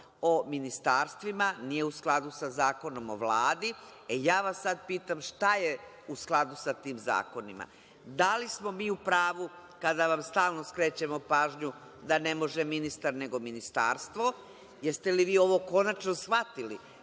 o ministarstvima, nije u skladu sa Zakonom o Vladi, e, ja vas sad pitam – šta je u skladu sa tim zakonima? Da li smo mi u pravu kada vam stalno skrećemo pažnju da ne može ministar nego ministarstvo? Jeste li vi ovo konačno shvatili,